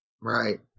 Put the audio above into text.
Right